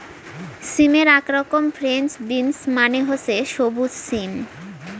সিমের আক রকম ফ্রেঞ্চ বিন্স মানে হসে সবুজ সিম